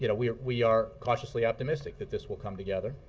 you know we we are cautiously optimistic that this will come together,